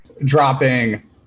dropping